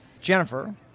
Jennifer